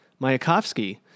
Mayakovsky